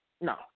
no